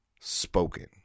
spoken